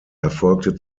erfolgte